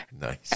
Nice